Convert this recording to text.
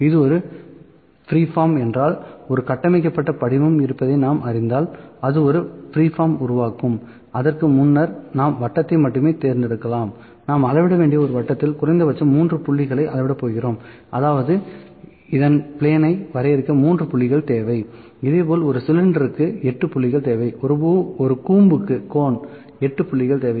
இது ஒரு ஃப்ரீஃபார்ம் என்றால் ஒரு கட்டமைக்கப்பட்ட படிவம் இருப்பதை நாம் அறிந்தால் அது ஒரு ஃப்ரீஃபார்மை உருவாக்கும் இதற்கு முன்னர் நாம் வட்டத்தை மட்டுமே தேர்ந்தெடுக்கலாம் நாம் அளவிட வேண்டிய ஒரு வட்டத்தில் குறைந்தபட்சம் 3 புள்ளிகளை அளவிடப் போகிறோம் அதாவது இதன் பிளேனை வரையறுக்க 3 புள்ளிகள் தேவை இதேபோல ஒரு சிலிண்டருக்கு 8 புள்ளிகள் தேவை ஒரு கூம்புக்கு 8 புள்ளிகள் தேவை